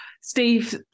steve